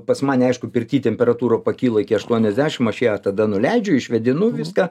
pas mane aišku pirty temperatūra pakyla iki aštuoniasdešim aš ją tada nuleidžiu išvėdinu viską